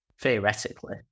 theoretically